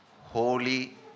holy